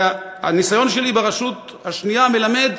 הניסיון שלי ברשות השנייה מלמד,